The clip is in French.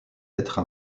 être